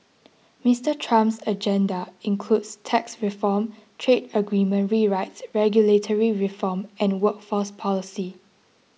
Mister Trump's agenda includes tax reform trade agreement rewrites regulatory reform and workforce policy